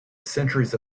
centuries